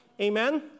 Amen